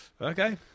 Okay